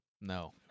no